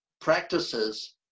practices